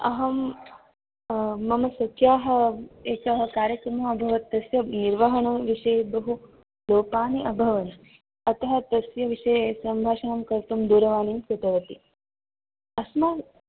अहं मम सख्याः एकः कार्यक्रमः अभवत् तस्य निर्वहणविषये बहु लोपानि अभवन् अतः तस्य विषये सम्भाषणं कर्तुं दूरवाणीं कृतवति अस्माक्